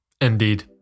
indeed